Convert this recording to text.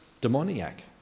demoniac